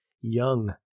young